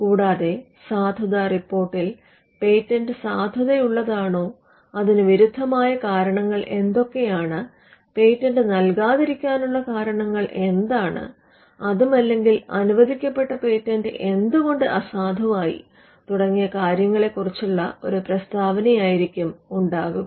കൂടാതെ സാധുത റിപ്പോർട്ടിൽ പേറ്റന്റ് സാധുതയുള്ളതാണോ അതിന് വിരുദ്ധമായ കാരണങ്ങൾ എന്തൊക്കെയാണ് പേറ്റന്റ് നല്കാതിരിക്കാനുള്ള കാരണങ്ങൾ എന്താണ് അതുമല്ലെങ്കിൽ അനുവദിക്കപ്പെട്ട പേറ്റന്റ് എന്ത് കൊണ്ട് അസാധുവായി തുടങ്ങിയ കാര്യങ്ങളെക്കുറിച്ചുള്ള ഒരു പ്രസ്താവനയായിരിക്കും ഉണ്ടാകുക